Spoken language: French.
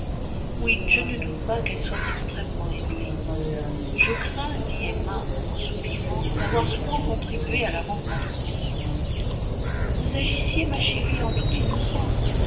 oui je ne doute pas qu'elle soit extrêmement éprise je crains dit emma en soupirant d'avoir souvent contribué à la rendre malheureuse vous agissiez ma chérie en toute innocence